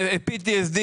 PTSD,